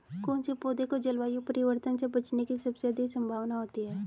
कौन से पौधे को जलवायु परिवर्तन से बचने की सबसे अधिक संभावना होती है?